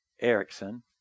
Erickson